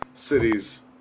cities